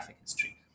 history